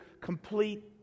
complete